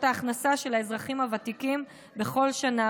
ההכנסה של האזרחים הוותיקים בכל שנה,